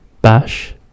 bash